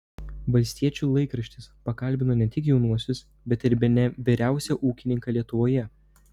valstiečių laikraštis pakalbino ne tik jaunuosius bet ir bene vyriausią ūkininką lietuvoje